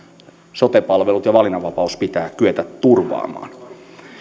sote palvelut ja valinnanvapaus pitää kyetä turvaamaan